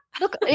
Look